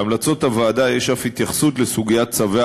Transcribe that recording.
בהמלצות הוועדה יש אף התייחסות לסוגיית צווי